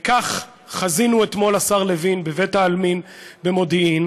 וכך חזינו אתמול, השר לוין, בבית-העלמין במודיעין.